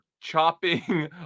chopping